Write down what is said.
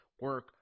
Work